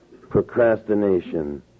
procrastination